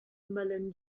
mullen